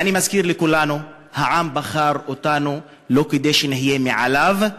ואני מזכיר לכולנו: העם בחר אותנו לא כדי שנהיה מעליו,